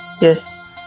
yes